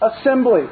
assembly